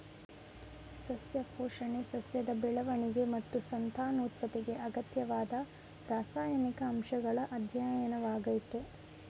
ಸಸ್ಯ ಪೋಷಣೆ ಸಸ್ಯದ ಬೆಳವಣಿಗೆ ಮತ್ತು ಸಂತಾನೋತ್ಪತ್ತಿಗೆ ಅಗತ್ಯವಾದ ರಾಸಾಯನಿಕ ಅಂಶಗಳ ಅಧ್ಯಯನವಾಗಯ್ತೆ